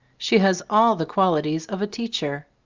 she has all the quali ties of a teacher.